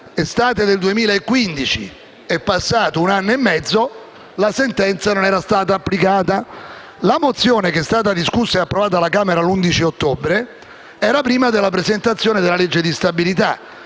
dall'estate 2015 è passato un anno e mezzo e la sentenza non è stata applicata. La mozione discussa e approvata alla Camera l'11 ottobre era precedente alla presentazione della legge di stabilità